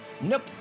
Nope